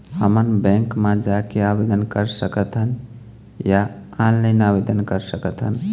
हमन बैंक मा जाके आवेदन कर सकथन या ऑनलाइन आवेदन कर सकथन?